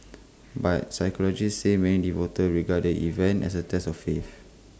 but psychologists say many devotees regard the event as A test of faith